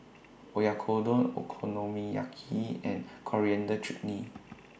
Oyakodon Okonomiyaki and Coriander Chutney